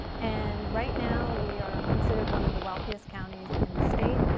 and right now, we are considered one of the wealthiest counties in the state.